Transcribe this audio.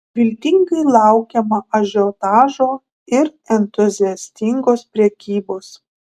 viltingai laukiama ažiotažo ir entuziastingos prekybos